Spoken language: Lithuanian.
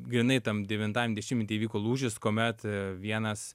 grynai tam devintajam dešimtmety įvyko lūžis kuomet vienas